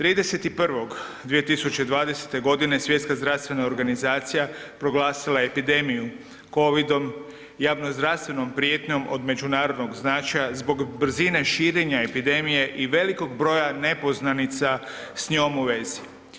30.1.2020. godine Svjetska zdravstvena organizacija proglasila je epidemiju Covidom, javno zdravstvenom prijetnjom od međunarodnog značaja zbog brzine širenja epidemije i velikog broja nepoznanica s njom u vezi.